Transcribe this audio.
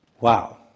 Wow